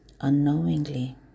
unknowingly